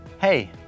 Hey